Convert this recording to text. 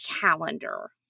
calendar